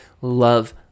love